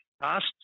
past